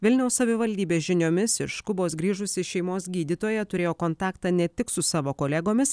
vilniaus savivaldybės žiniomis iš kubos grįžusi šeimos gydytoja turėjo kontaktą ne tik su savo kolegomis